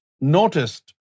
noticed